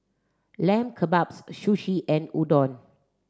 Lamb Kebabs Sushi and Udon